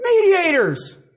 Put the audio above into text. Mediators